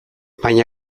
baina